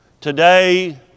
today